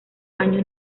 años